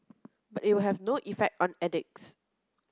but it will have no effect on addicts